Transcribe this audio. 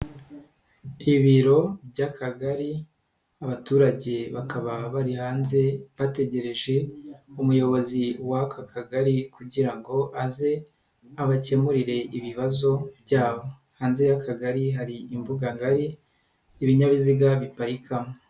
Ibiro by'akagari, abaturage bakaba bari hanze, bategereje umuyobozi w'akagari kugira ngo aze abakemurire ibibazo byabo. Hanze y'akagari hari imbuga ngari, ibinyabiziga biparikamo.